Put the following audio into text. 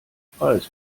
preis